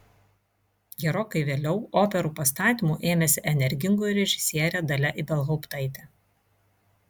gerokai vėliau operų pastatymų ėmėsi energingoji režisierė dalia ibelhauptaitė